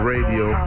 Radio